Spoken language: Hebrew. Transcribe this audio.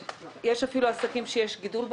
יש אפילו עסקים שיש בהם גידול במחזור.